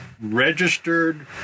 registered